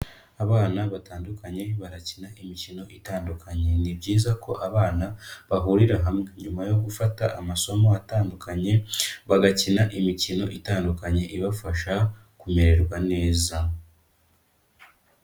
Abana batandukanye barakina imikino itandukanye, ni byiza ko abana bahurira hamwe nyuma yo gufata amasomo atandukanye, bagakina imikino itandukanye ibafasha kumererwa neza.